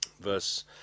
Verse